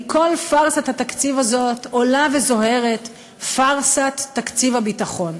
מכל פארסת התקציב הזאת עולה וזוהרת פארסת תקציב הביטחון.